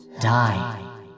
die